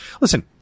Listen